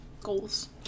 goals